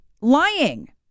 lying